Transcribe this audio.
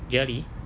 jelly